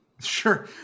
Sure